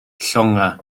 llongau